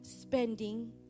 spending